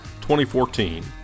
2014